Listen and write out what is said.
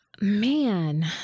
Man